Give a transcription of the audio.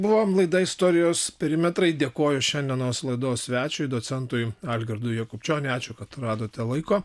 buvom laida istorijos perimetrai dėkoju šiandienos laidos svečiui docentui algirdui jakubčioniui ačiū kad radote laiko